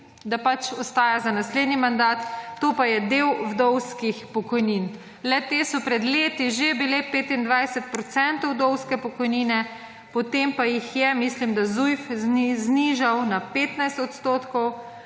da pač ostaja za naslednji mandat, to pa je del vdovskih pokojnin. Le-te so pred leti že bile 25 % vdovske pokojnine, potem pa jih je, mislim da ZUJF znižal na 15 % vdovske